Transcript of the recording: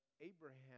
Abraham